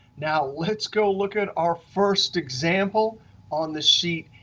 now let's go look at our first example on the sheet,